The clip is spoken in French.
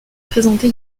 présenté